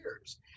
years